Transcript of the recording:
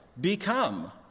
Become